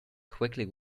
quickly